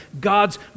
God's